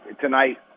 tonight